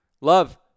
Love